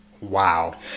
Wow